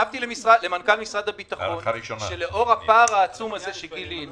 שלחתי למנכ"ל משרד הביטחון שלאור הפער העצום הזה שגילינו